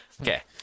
Okay